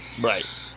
Right